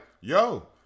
yo